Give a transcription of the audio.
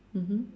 mmhmm